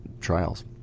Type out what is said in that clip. trials